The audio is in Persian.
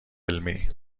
علمی